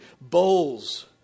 bowls